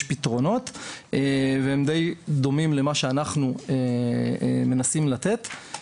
פתרונות והם דיי דומים למה שאנחנו מנסים לתת.